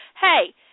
hey